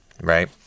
right